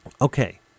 okay